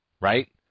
right